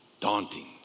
daunting